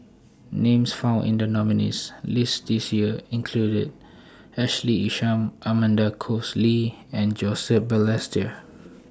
Names found in The nominees' list This Year included Ashley Isham Amanda Koes Lee and Joseph Balestier